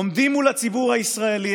עומדים מול הציבור הישראלי,